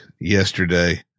yesterday